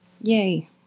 Yay